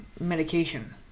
medication